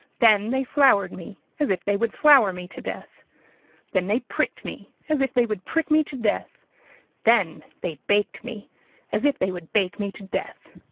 then they floured me as if they would flour me to death then they pricked me as if they would prick me to death then they baked me as if they would bake me to death.